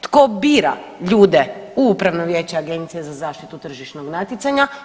Tko bira ljude u upravno vijeće Agencije za zaštitu tržišnog natjecanja?